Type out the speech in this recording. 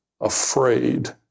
afraid